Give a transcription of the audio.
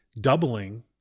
doubling